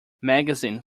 magazine